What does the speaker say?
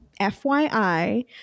FYI